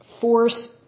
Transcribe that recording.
force